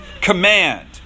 command